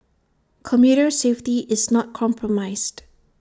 commuter safety is not compromised